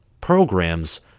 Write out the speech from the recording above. programs